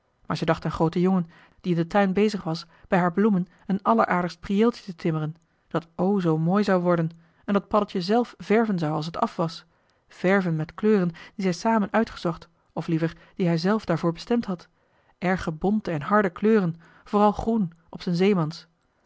maar zij dacht aan groote jongen die in den tuin bezig was bij haar bloemen een alleraardigst priëeltje te timmeren dat o zoo mooi zou worden en dat paddeltje zelf verven zou als t af was verven met kleuren die zij samen uitgezocht of liever die hij zelf daarvoor bestemd had erge bonte en harde kleuren vooral groen op z'n zeemans en